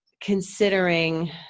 considering